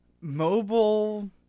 mobile